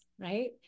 right